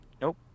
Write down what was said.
Nope